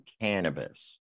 cannabis